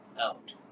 out